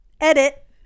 edit